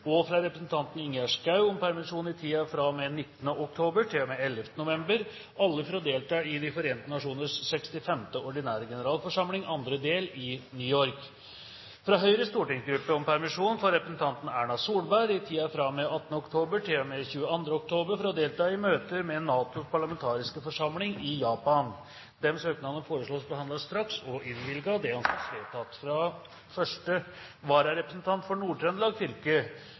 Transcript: og fra representanten Ingjerd Schou om permisjon i tiden fra og med 19. oktober til og med 11. november – alle for å delta i De forente nasjoners 65. ordinære generalforsamling, andre del, i New York fra Høyres stortingsgruppe om permisjon for representanten Erna Solberg i tiden fra og med 18. oktober til og med 22. oktober for å delta i møter med NATOs parlamentariske forsamling i Japan Disse søknader foreslås behandlet straks og innvilget. – Det anses vedtatt. Fra første vararepresentant for